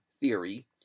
theory